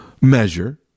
measure